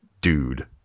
dude